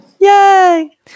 Yay